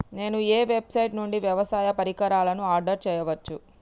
నేను ఏ వెబ్సైట్ నుండి వ్యవసాయ పరికరాలను ఆర్డర్ చేయవచ్చు?